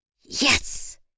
Yes